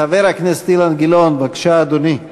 חבר הכנסת אילן גילאון, בבקשה, אדוני.